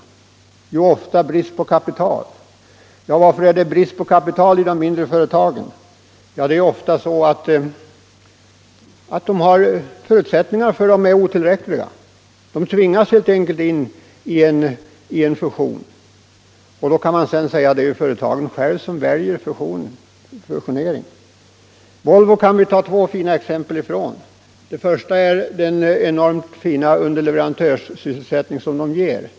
Jo, orsaken är ofta brist på kapital. Och varför är det brist på kapital i de mindre företagen? Jo, det är ofta så att förutsättningarna är otillräckliga. Företagen tvingas helt enkelt in i en fusion. Sedan är det enkelt att säga: Det är ju företagen själva som väljer fusionering. Volvo kan vi hämta två bra exempel från. Det första är den enormt fina underleverantörssysselsättning som Volvo ger.